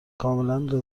کاملا